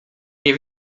nie